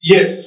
Yes